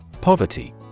Poverty